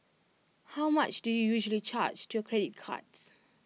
how much do you usually charge to your credit cards